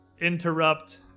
interrupt